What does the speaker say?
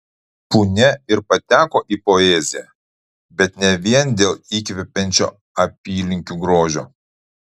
punia ir pateko į poeziją bet ne vien dėl įkvepiančio apylinkių grožio